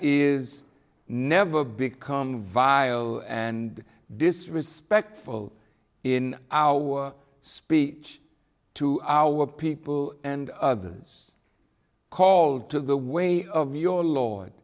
is never become vial and disrespectful in our speech to our people and others called to the way of your lord